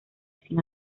sin